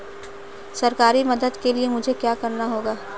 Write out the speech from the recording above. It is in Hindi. सरकारी मदद के लिए मुझे क्या करना होगा?